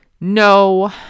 no